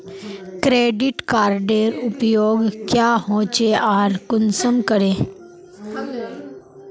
Credit कार्डेर उपयोग क्याँ होचे आर कुंसम करे?